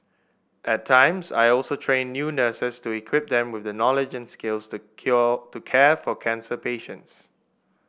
at times I also train new nurses to equip them with the knowledge and skills to kill to care for cancer patients